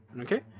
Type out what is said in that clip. Okay